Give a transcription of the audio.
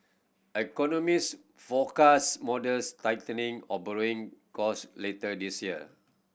economist forecast modest tightening of borrowing cost later this year